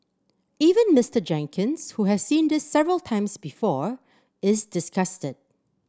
even Mister Jenkins who has seen this several times before is disgusted